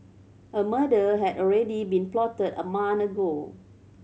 a murder had already been plotted a ago